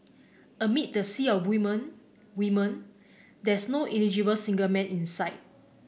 amid the sea of women women there's no eligible single man in sight